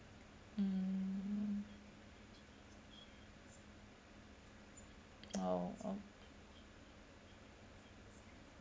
mm orh